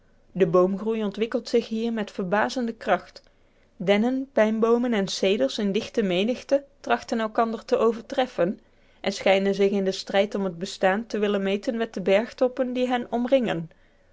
de boomgroei ontwikkelt zich hier met verbazende kracht dennen pijnboomen en ceders in dichte menigte trachten elkander te overtreffen en schijnen zich in den strijd om het bestaan te willen meten met de bergtoppen die hen omringen